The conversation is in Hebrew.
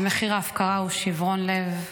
ומחיר ההפקרה הוא שברון לב,